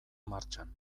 martxan